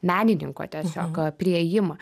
menininko tiesiog priėjimą